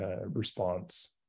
response